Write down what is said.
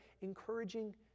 encouraging